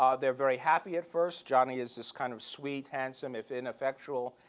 um they're very happy at first. johnny is this kind of sweet, handsome, if ineffectual,